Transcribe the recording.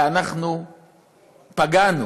ואנחנו פגענו,